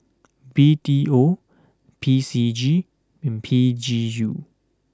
B T O P C G and P G U